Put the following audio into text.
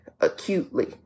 acutely